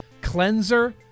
cleanser